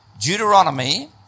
Deuteronomy